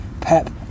Pep